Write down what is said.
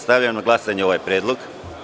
Stavljam na glasanje ovaj predlog.